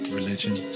religion